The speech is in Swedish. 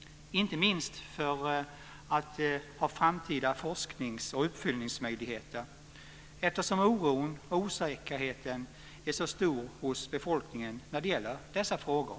Det gäller inte minst för att ha framtida forsknings och uppföljningsmöjligheter eftersom oron och osäkerheten är så stor hos befolkningen när det gäller dessa frågor.